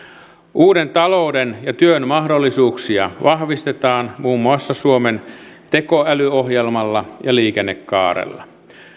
uuden talouden ja työn mahdollisuuksia vahvistetaan muun muassa suomen tekoälyohjelmalla ja liikennekaarella